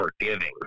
forgiving